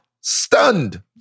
stunned